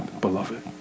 beloved